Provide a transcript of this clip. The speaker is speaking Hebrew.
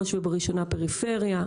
בראש ובראשונה פריפריה,